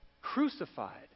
crucified